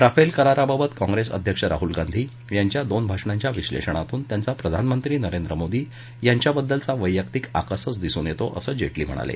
Rafale कराराबाबत काँप्रेस अध्यक्ष राहुल गांधी यांच्या दोन भाषणांच्या विश्लेषणातून त्यांचा प्रधानमंत्री नरेंद्र मोदी यांच्याबद्दलचा वैयक्तिक द्वेषच दिसून येतो असं जेटली म्हणाले